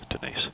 Denise